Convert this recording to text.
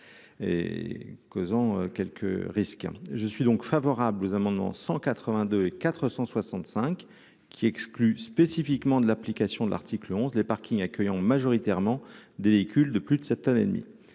je suis donc favorable aux amendements 182 et 465 qui exclut spécifiquement de l'application de l'article onze les parkings accueillant majoritairement des véhicules de plus de 7 tonnes et demie,